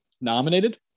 nominated